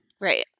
Right